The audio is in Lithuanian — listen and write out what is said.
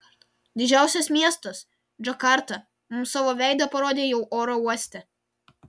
didžiausias miestas džakarta mums savo veidą parodė jau oro uoste